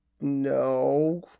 No